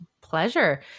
pleasure